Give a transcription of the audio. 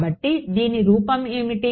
కాబట్టి దీని రూపం ఏమిటి